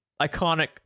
iconic